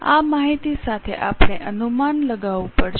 આ માહિતી સાથે આપણે અનુમાન લગાવવું પડશે